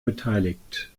beteiligt